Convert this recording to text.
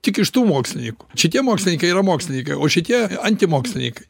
tik iš tų mokslininkų šitie mokslininkai yra mokslininkai o šitie antimokslininkai